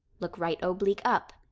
look right oblique up,